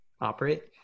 operate